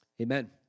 Amen